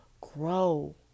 grow